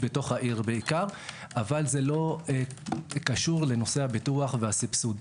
בתוך העיר בעיקר אבל זה לא קשור לנושא הביטוח והסבסוד.